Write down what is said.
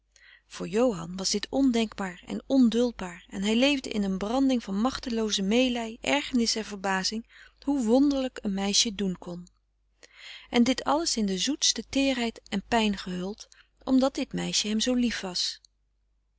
voor johan was dit ondenkbaar en onduldbaar en hij leefde in een branding van machtelooze meelij ergernis en verbazing hoe wonderlijk een meisje doen kon en dit alles in de zoetste teerheid en pijn gehuld omdat dit meisje hem zoo lief was